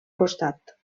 costat